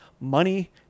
money